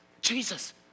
Jesus